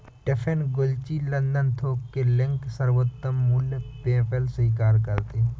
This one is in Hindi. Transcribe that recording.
टिफ़नी, गुच्ची, लंदन थोक के लिंक, सर्वोत्तम मूल्य, पेपैल स्वीकार करते है